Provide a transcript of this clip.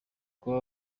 kuba